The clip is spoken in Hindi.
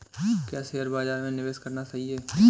क्या शेयर बाज़ार में निवेश करना सही है?